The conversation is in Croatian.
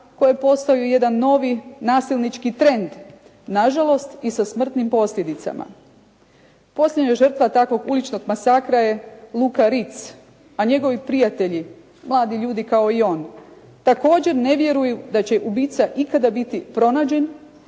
koje postaju jedan novi nasilnički trend, nažalost i sa smrtnim posljedicama. Posljednja žrtva takvog uličnog masakra je Luka Ritz, a njegovi prijatelji, mladi ljudi kao i on također ne vjeruju da će ubica ikada biti pronađen